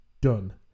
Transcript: done